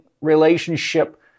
relationship